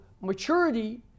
maturity